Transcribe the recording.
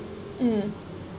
mm